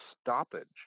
stoppage